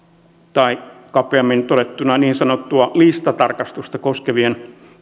tai kapeammin todettuna niin sanottua listatarkastusta koskevien